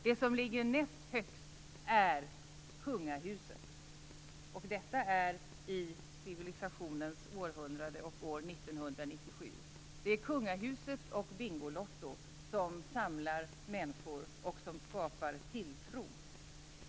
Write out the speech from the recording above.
Det som ligger näst högst är kungahuset - och detta är i civilisationens århundrade och år 1997. Det är kungahuset och Bingolotto som samlar människor och som skapar tilltro.